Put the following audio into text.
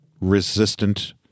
resistant